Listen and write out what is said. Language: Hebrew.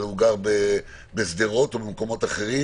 אלא בשדרות או במקומות אחרים